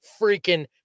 freaking